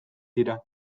dira